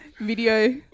Video